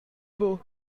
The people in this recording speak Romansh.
buc